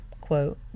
quote